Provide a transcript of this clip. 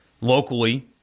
Locally